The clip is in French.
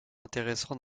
intéressant